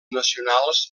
nacionals